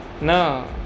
No